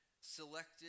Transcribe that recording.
selected